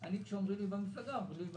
אני כשאומרים לי במפלגה, אז אומרים לי במפלגה.